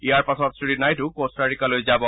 ইয়াৰ পাছত শ্ৰীনাইডু ক্টাৰিকালৈ যাব